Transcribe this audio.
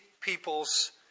people's